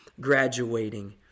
graduating